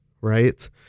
right